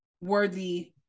worthy